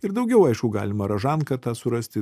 ir daugiau aišku galima ražanką tą surasti